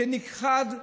שנכחד,